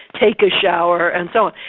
take a shower and so on.